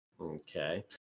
Okay